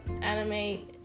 anime